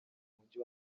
mujyi